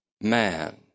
man